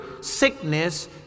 sickness